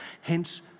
Hence